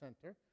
center